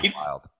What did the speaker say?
wild